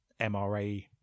mra